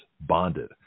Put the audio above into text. bonded